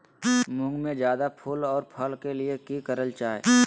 मुंग में जायदा फूल और फल के लिए की करल जाय?